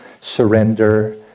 surrender